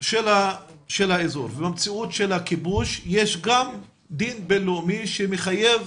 של האזור ובמציאות של הכיבוש יש גם דין בין-לאומי שמחייב